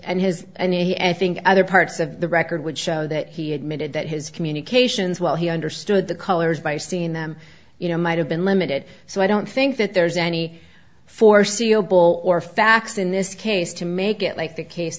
and his and his other parts of the record would show that he admitted that his communications while he understood the colors by seeing them you know might have been limited so i don't think that there's any foreseeable or facts in this case to make it like the case